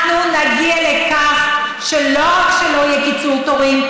אנחנו נגיע לכך שלא רק שלא יהיה קיצור תורים,